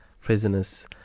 prisoners